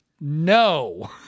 No